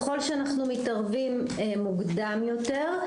ככל שאנחנו מתערבים מוקדם יותר,